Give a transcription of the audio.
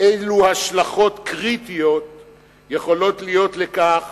אילו השלכות קריטיות יכולות להיות לכך